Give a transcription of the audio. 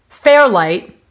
Fairlight